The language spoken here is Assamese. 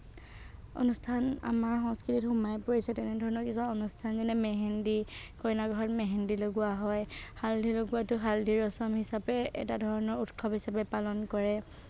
অনুষ্ঠান আমাৰ সংস্কৃতিত সোমাই পৰিছে তেনে ধৰণৰ কিছুমান অনুষ্ঠান যেনে মেহেন্দী কইনা ঘৰত মেহেন্দী লগোৱা হয় হালধি লগোৱাটো হালদী ৰছম হিচাপে এটা ধৰণৰ উৎসৱ হিচাপে পালন কৰে